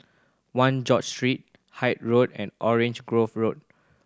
One George Street Hythe Road and Orange Grove Road